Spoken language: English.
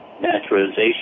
naturalization